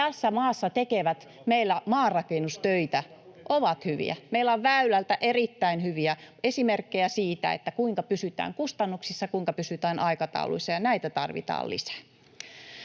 tässä maassa tekevät meillä maarakennustöitä, ovat hyviä. Meillä on Väylältä erittäin hyviä esimerkkejä siitä, kuinka pysytään kustannuksissa, kuinka pysytään aikatauluissa, ja näitä tarvitaan lisää.